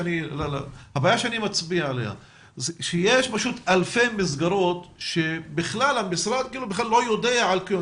הבעיה שאני מצביע עליה היא שיש אלפי מסגרות שהמשרד לא יודע על קיומן.